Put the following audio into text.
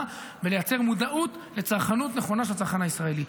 כדי לייצר מודעות לצרכנות נכונה של הצרכן הישראלי.